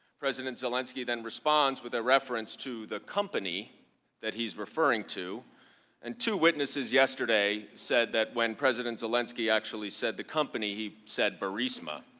president zelensky then responds with a reference to the company that he is referring to and two witnesses yesterday said that when president zelensky actually said the company he said burisma.